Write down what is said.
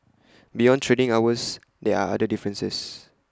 beyond trading hours there are other differences